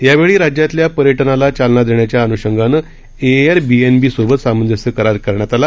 यावेळी राज्यातल्या पर्यटनाला चालना देण्याच्या अन्षंगानं एअर बीएनबी सोबत सामंजस्य करार केला गेला